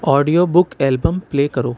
audio book album play کرو